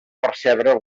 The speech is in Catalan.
percebre